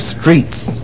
streets